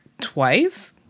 twice